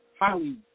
highly